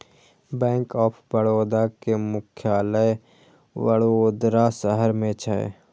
bank of Baroda के मुख्यालय वडोदरा शहर मे छै